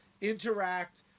interact